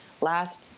Last